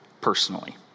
personally